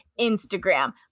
Instagram